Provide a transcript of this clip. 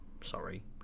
sorry